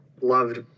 loved